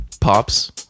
pops